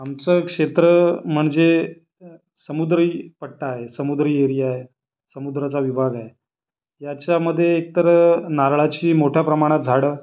आमचं क्षेत्र म्हणजे समुद्री पट्टा आहे समुद्री एरिया आहे समुद्राचा विभाग आहे याच्यामध्ये एकतर नारळाची मोठ्या प्रमाणात झाडं